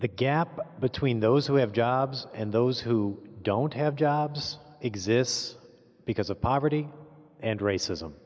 the gap between those who have jobs and those who don't have jobs exists because of poverty and racism